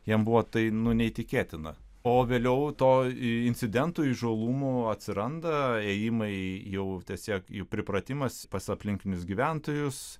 jiems buvo tai nu neįtikėtina o vėliau to incidentų įžūlumų atsiranda ėjimai jau tiesiog jų pripratimas pas aplinkinius gyventojus